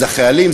אלה החיילים,